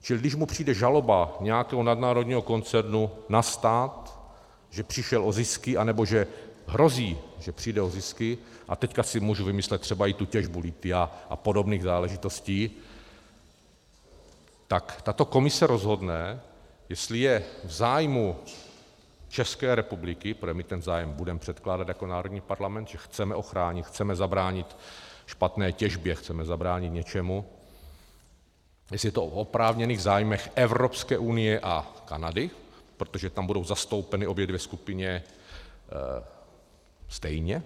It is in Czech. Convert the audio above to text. Čili když mu přijde žaloba nějakého nadnárodního koncernu na stát, že přišel o zisky, anebo že hrozí, že přijde o zisky a teď si můžu vymyslet třeba i tu těžbu lithia a podobných záležitostí tak tato komise rozhodne, jestli je v zájmu České republiky, protože my ten zájem budeme předkládat jako národní parlament, že chceme ochránit, chceme zabránit špatné těžbě, chceme zabránit něčemu, jestli je to o oprávněných zájmech Evropské unie a Kanady, protože tam budou zastoupeny obě dvě skupiny stejně.